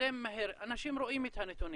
נתקדם מהר, אנשים רואים את הנתונים.